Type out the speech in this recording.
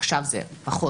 עכשיו זה פחות,